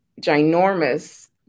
ginormous